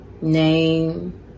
Name